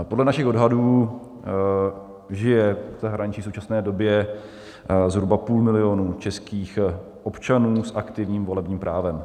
Podle našich odhadů žije v zahraničí v současné době zhruba půl milionu českých občanů s aktivním volebním právem.